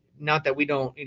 not that we don't, you